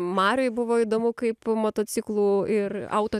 mariui buvo įdomu kaip motociklų ir auto